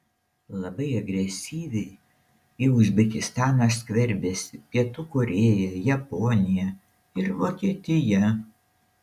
labai agresyviai į uzbekistaną skverbiasi pietų korėja japonija ir vokietija